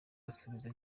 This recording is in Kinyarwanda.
asubiza